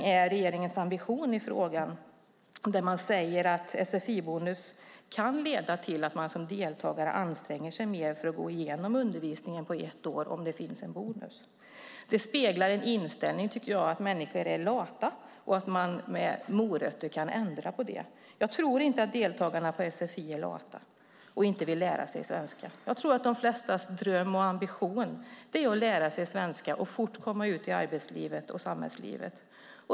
Regeringens ambition i frågan är också märklig. Det sägs att sfi-bonus kan leda till att man som deltagare anstränger sig mer för att gå igenom undervisningen på ett år om det finns en bonus. Det speglar inställningen att människor är lata och att man med morötter kan ändra på det. Jag tror inte att deltagarna i sfi är lata och inte vill lära sig svenska. Jag tror att de flestas dröm och ambition är att lära sig svenska och fort komma ut i samhället och arbetslivet.